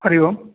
Hari Om